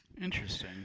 Interesting